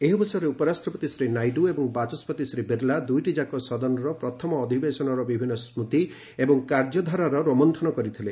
ଏହି ଅବସରରେ ଉପରାଷ୍ଟ୍ରପତି ଶ୍ରୀ ନାଇଡୁ ଏବଂ ବାଚସ୍କତି ଶ୍ରୀ ବିର୍ଲା ଦୁଇଟିଯାକ ହଲରେ ପ୍ରଥମ ଅଧିବେଶନର ବିଭିନ୍ନ ସ୍କୁତି ଏବଂ କାର୍ଯ୍ୟଧାରାର ରୋମନ୍ଚନ କରିଥିଲେ